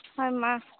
ᱦᱳᱭ ᱢᱟ